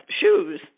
shoes